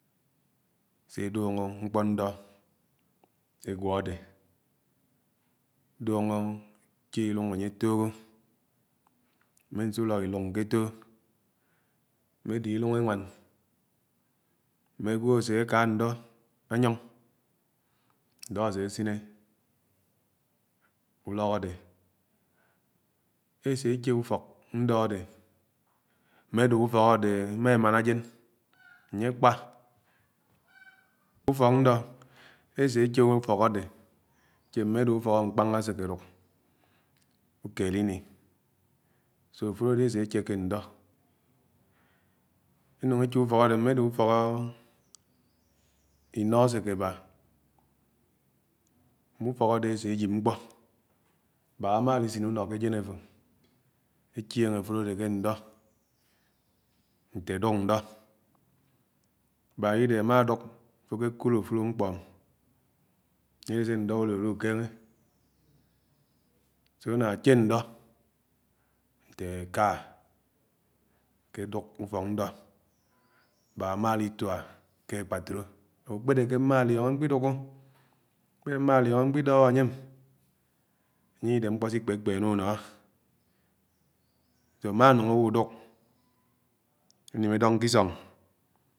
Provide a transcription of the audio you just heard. ésé edúngó mkpō ñdọ égwo ádé, edúngò eché ilúng añye àtóhó, mmè nsùhọ́ ilúng ke ató mm̄e ato ilúng enwán, mmē ágwo aséka ñdọ anyòng. Ndo asés’iné ùfọ́k adé, esédé ufọk ndọ adé mme ádé ufọk adé ama emán ajen añye àkpà. Ùfọ́k ñdọ́ ese ehe ùfọ́k adé, eché mme adé ùfọ̀k àkpángá asékédúk ùkééd ini, afúló adé eséché edè ké ndọ́ enùng eché mm̄e adē ufok ino asèké àbá mm̄e ùfọ̀k adé ese egiṕ mkp̄o, mbáak amá alisènè ùnọ ké ajén afo echen afulo adé ké ndọ́ nte adùk ñdọ mbaak iide amá ádùk aké kúd afùlo mkpō ánye adé sé ñdọ́ ùlóló ùkèngé ànà àché ndọ́ nté áká akeduk ufọ́k ñdọ́ mbaák amá àlitúa nte akpátúló àwó àkpédé mmálióḡo mkp̀idúké kpédé mḿalióngó mkp̀idóhò ánye, anye àlidé mkpó sìkpèkpéné unó. Ámá núng àwò ùdùk nem edóng ké isóng.